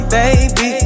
baby